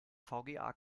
vga